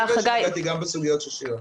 אני רוצה לדבר על איסור הצגת מוצרי עישון.